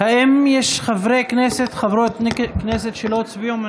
האם יש חברי כנסת שלא הצביעו?